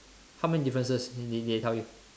how many differences did they they tell you